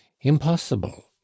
impossible